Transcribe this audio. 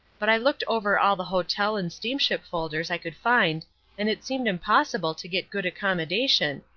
but i looked over all the hotel and steamship folders i could find and it seemed impossible to get good accommodation,